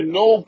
no